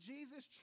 Jesus